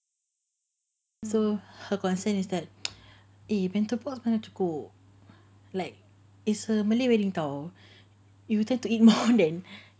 so her concern is that eh bento box mana cukup like is a malay wedding [tau] you will tend to eat more than